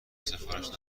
سفارش